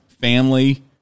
family